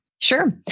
Sure